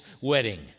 wedding